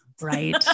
Right